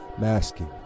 masking